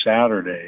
Saturday